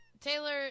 taylor